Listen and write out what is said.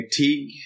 McTeague